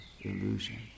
illusion